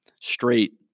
straight